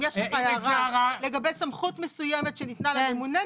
אם יש לך הערה לגבי סמכות מסוימת שניתנה לממונה,